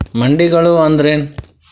ಮಂಡಿಗಳು ಅಂದ್ರೇನು?